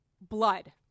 blood